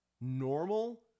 normal